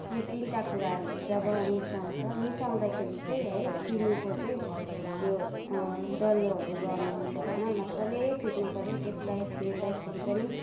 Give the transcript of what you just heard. यो तिनवटा कुराहरू जब मिसाउँछ मिसाउँदाखेरि चाहिँ है चिनीको चाहिँ त्यो डल्लोहरू बनाउनु भएन मज्जाले फिट्नु पऱ्यो त्यसलाई फिट्दाखेरि पनि